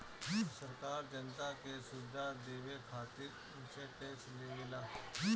सरकार जनता के सुविधा देवे खातिर उनसे टेक्स लेवेला